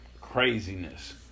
craziness